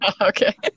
Okay